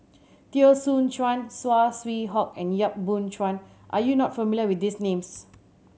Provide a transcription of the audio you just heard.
Teo Soon Chuan Saw Swee Hock and Yap Boon Chuan are you not familiar with these names